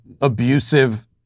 abusive